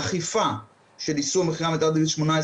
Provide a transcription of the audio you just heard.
חירום את החוקים הללו של העלאת איסור מכירה לגיל 21 וכדומה,